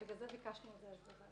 בגלל זה ביקשנו את זה.